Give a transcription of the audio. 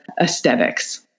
aesthetics